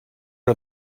are